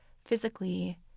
physically